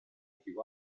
più